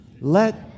Let